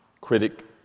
critic